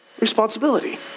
responsibility